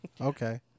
Okay